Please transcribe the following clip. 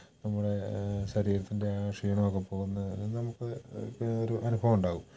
നമ്മുടെ ശരീരത്തിൻ്റെ ആ ക്ഷീണമൊക്കെ പോകുന്നത് അത് നമുക്ക് ഒക്കെ ഒരു അനുഭവം ഉണ്ടാവും